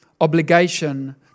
obligation